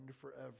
forever